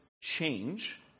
change